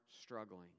struggling